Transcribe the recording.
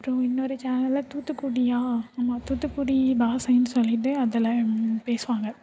அப்புறோம் இன்னொரு சேனல்ல தூத்துக்குடியா ஆமாம் தூத்துக்குடி பாஷைன்னு சொல்லிட்டு அதில் பேசுவாங்க